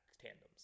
tandems